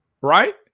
Right